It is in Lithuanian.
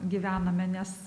gyvename nes